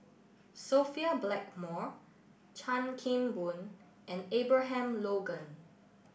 Sophia Blackmore Chan Kim Boon and Abraham Logan